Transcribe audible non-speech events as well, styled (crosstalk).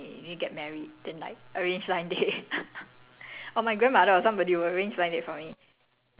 as in I won't have a choice cause I'll be very busy then like my mum will be like ah jia min you need to get married then like arrange blind date (laughs)